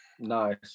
nice